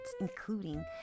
including